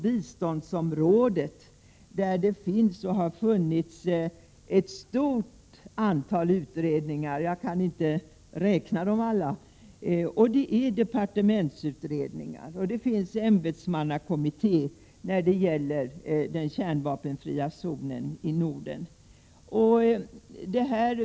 biståndsområdet görs det och har gjorts ett stort antal utredningar — jag kan inte räkna dem alla — och det är departementsutredningar. Det finns också en ämbetsmannakommitté när det gäller den kärnvapenfria zonen i Norden.